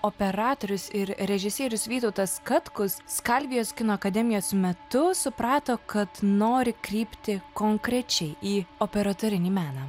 operatorius ir režisierius vytautas katkus skalvijos kino akademijos metu suprato kad nori krypti konkrečiai į operatorinį meną